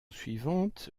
suivante